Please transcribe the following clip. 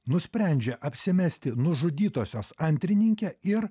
nusprendžia apsimesti nužudytosios antrininke ir